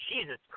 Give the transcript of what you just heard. Jesus